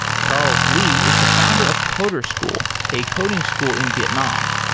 charles lee is the founder of coder school, a coding school in vietnam.